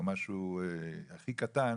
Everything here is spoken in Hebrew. או משהו הכי קטן,